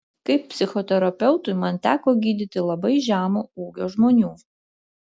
kaip psichoterapeutui man teko gydyti labai žemo ūgio žmonių